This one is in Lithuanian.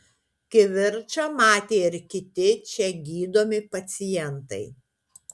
kivirčą matė ir kiti čia gydomi pacientai